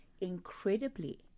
incredibly